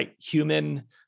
human